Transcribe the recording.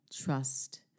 trust